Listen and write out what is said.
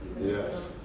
Yes